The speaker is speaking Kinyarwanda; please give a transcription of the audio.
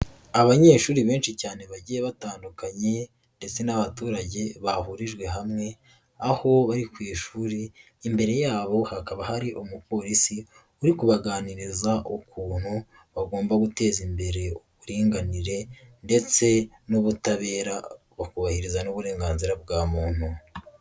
Abanyeshuri benshi cyane bagiye batandukanye ndetse n'abaturage bahurijwe hamwe, aho bari ku ishuri imbere yabo hakaba hari umupolisi uri kubaganiriza ukuntu bagomba guteza imbere uburinganire ndetse n'ubutabera bakubahiriza n'uburenganzira bwa muntu.